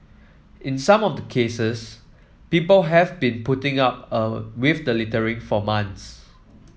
in some of the cases people have been putting up eh with the littering for months